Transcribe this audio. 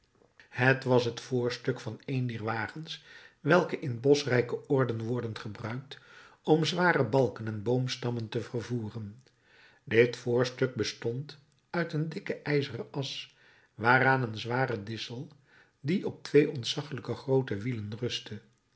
het was het voorstuk van een dier wagens welke in boschrijke oorden worden gebruikt om zware balken en boomstammen te vervoeren dit voorstuk bestond uit een dikke ijzeren as waaraan een zware dissel die op twee ontzaglijk groote wielen rustte